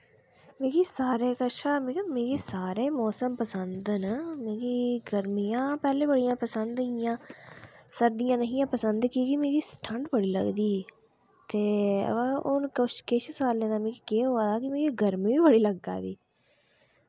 मिगी सारें कशा मिगी सारे मौसम पसंद न मिगी गर्मियां पैह्लें बड़ियां पसंद हियां सर्दियां निं हियां पसंद कि केह् मिगी ठंड बड़ी लगदी ही ब हून किश सालै दा मिगी केह् होआ दा कि मिगी गर्मी बड़ी लग्गा दी